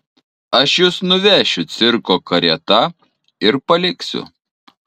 aš jus nuvešiu cirko karieta ir paliksiu